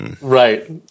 Right